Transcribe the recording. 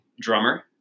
drummer